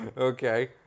okay